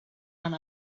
and